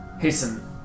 Hasten